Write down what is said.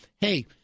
hey